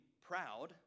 proud